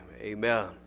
Amen